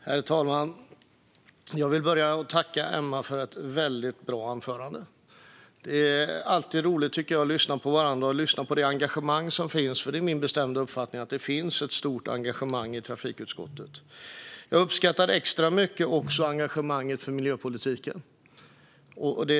Herr talman! Jag vill börja med att tacka Emma för ett väldigt bra anförande. Det är alltid roligt att lyssna på varandra och på det engagemang som finns, och det är min bestämda uppfattning att det finns ett stort engagemang i trafikutskottet. Jag uppskattar engagemanget för miljöpolitiken extra mycket.